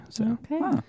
Okay